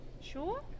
Sure